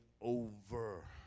over